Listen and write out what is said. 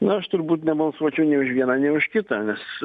aš turbūt nebalsuočiau nei už vieną nei už kitą nes